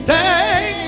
Thank